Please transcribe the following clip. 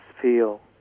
feel